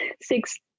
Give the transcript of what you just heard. six